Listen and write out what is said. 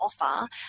offer